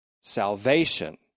salvation